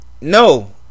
No